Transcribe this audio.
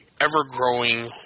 ever-growing